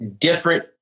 different